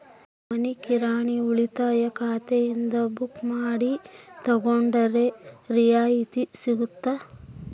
ಮನಿ ಕಿರಾಣಿ ಉಳಿತಾಯ ಖಾತೆಯಿಂದ ಬುಕ್ಕು ಮಾಡಿ ತಗೊಂಡರೆ ರಿಯಾಯಿತಿ ಸಿಗುತ್ತಾ?